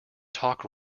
talk